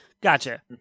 Gotcha